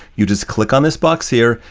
you just click on this box here,